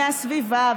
הסביבה,